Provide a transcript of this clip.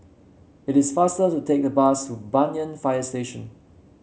it is faster to take the bus to Banyan Fire Station